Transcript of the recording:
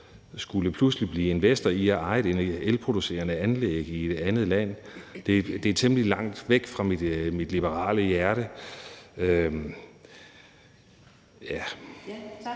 skulle blive investor ved at eje et elproducerende anlæg i et andet land, er temmelig langt væk fra mit liberale hjerte – ja.